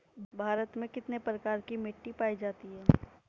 भारत में कितने प्रकार की मिट्टी पाई जाती हैं?